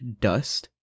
dust